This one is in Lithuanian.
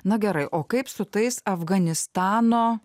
na gerai o kaip su tais afganistano